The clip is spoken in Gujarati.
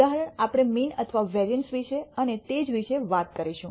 ઉદાહરણ આપણે મીન અને વેરિઅન્સ વિશે અને તે જ વિશે વાત કરીશું